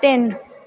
ਤਿੰਨ